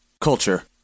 Culture